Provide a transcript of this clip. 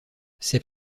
ces